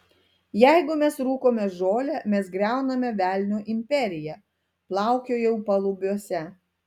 jeigu mes rūkome žolę mes griauname velnio imperiją plaukiojau palubiuose